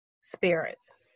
spirits